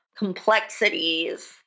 Complexities